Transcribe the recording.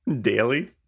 daily